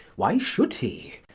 why should he?